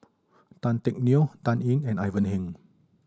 Tan Teck Neo Dan Ying and Ivan Heng